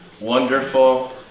wonderful